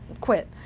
quit